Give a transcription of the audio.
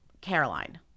Caroline